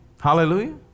Hallelujah